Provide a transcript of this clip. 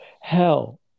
hell